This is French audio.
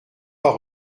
pas